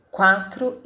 quatro